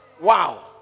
wow